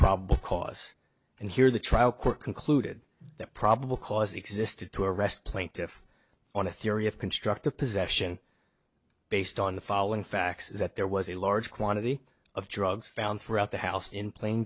probable cause and here the trial court concluded that probable cause existed to arrest plaintiff on a theory of constructive possession based on the following facts is that there was a large quantity of drugs found throughout the house in plain